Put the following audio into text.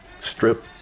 Strip